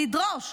לדרוש,